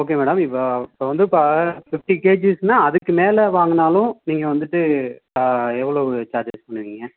okay madam இப்பபோ இப்போ வந்து இப்போ ஃபிஃப்ட்டி கேஜிஸ்னா அதுக்கு மேலே வாங்குனாலும் நீங்கள் வந்துட்டு எவ்வளோ சார்ஜஸ் பண்ணுவீங்க